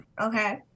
Okay